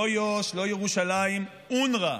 לא יו"ש, לא ירושלים, אונר"א.